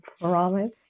promise